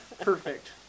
Perfect